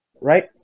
right